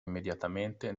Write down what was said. immediatamente